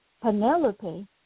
Penelope